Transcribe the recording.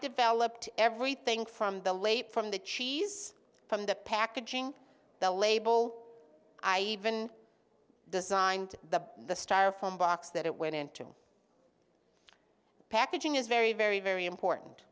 developed everything from the late from the cheese from the packaging the label i even designed the the styrofoam box that it went into packaging is very very very important